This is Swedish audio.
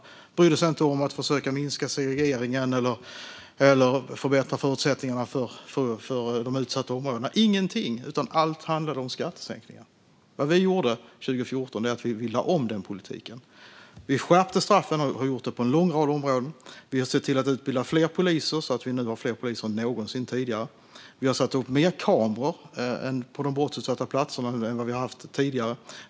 Den brydde sig inte om att försöka minska segregeringen eller förbättra förutsättningarna för de utsatta områdena. Ingenting av det gjordes. Allt handlade om skattesänkningar. Vad vi gjorde 2014 var att vi lade om den politiken. Vi skärpte straffen. Det har vi gjort på en lång rad områden. Vi ser till att utbilda fler poliser, så att vi nu har fler poliser än någonsin tidigare. Vi har satt upp fler kameror på de brottsutsatta platserna än vad vi haft tidigare.